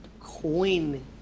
coin